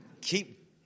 keep